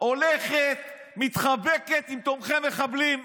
הולכת ומתחבקת עם תומכי מחבלים,